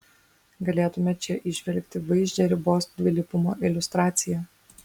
galėtume čia įžvelgti vaizdžią ribos dvilypumo iliustraciją